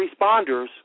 responders